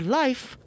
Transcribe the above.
life